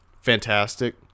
fantastic